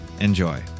Enjoy